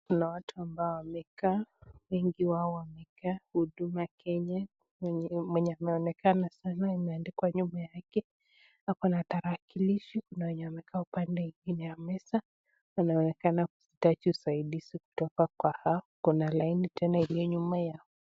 Kuna watu ambao wamekaa, wengi wao wamekaa huduma kenya. Mwenye ameonekana sana imeandika nyuma yake ako tarakilishi. Kuna wenye wamekaa upande mwingine wa meza, wanaonakana kutaka usaidizi kutoka kwa hao. Kuna laini tena iliyo nyuma ya..